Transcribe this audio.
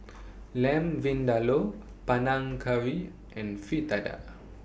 Lamb Vindaloo Panang Curry and Fritada